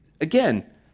Again